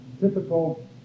typical